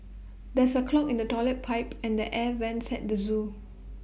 there is A clog in the Toilet Pipe and the air Vents at the Zoo